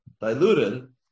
diluted